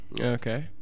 Okay